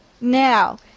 Now